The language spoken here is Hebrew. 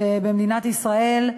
במדינת ישראל,